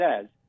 says